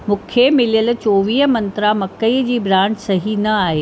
मूंखे मिलियल चोवीह मंत्रा मकई जी ब्रांड सही न आहे